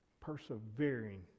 Persevering